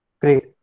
Great